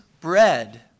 bread